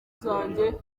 zanjye